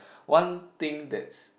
one thing that's